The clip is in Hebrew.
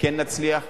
כן נצליח.